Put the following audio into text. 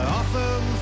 often